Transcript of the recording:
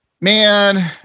man